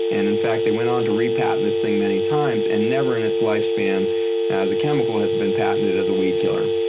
and in fact, they went on to re-patent this thing many times. and never in its lifespan as a chemical has it been patented as a weed killer.